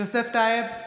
יוסף טייב,